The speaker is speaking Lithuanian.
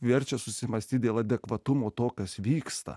verčia susimąstyti dėl adekvatumo to kas vyksta